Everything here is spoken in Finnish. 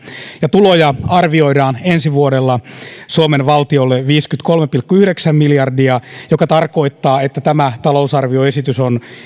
ja tuloja arvioidaan ensi vuonna suomen valtiolle viisikymmentäkolme pilkku yhdeksän miljardia mikä tarkoittaa että tämä talousarvioesitys on